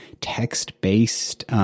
text-based